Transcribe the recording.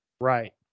Right